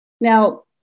Now